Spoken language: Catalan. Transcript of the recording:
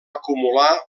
acumular